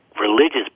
religious